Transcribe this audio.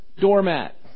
doormat